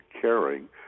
caring